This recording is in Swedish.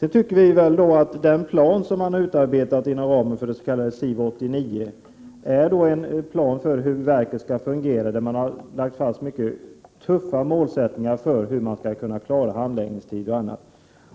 I den plan för hur invandrarverket skall fungera som man har utarbetat 21 inom ramen för SIV 89 har man fastlagt tuffa målsättningar för hur man skall kunna klara handläggningstider och annat.